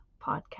podcast